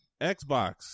Xbox